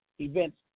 events